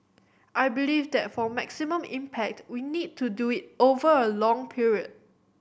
I believe that for maximum impact we need to do it over a long period